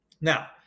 Now